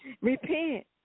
Repent